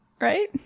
right